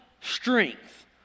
strength